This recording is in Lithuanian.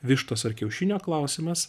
vištos ar kiaušinio klausimas